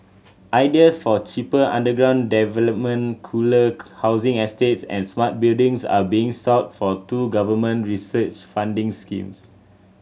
ideas for cheaper underground development cooler housing estates and smart buildings are being sought for two government research funding schemes